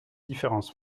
différence